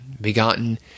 Begotten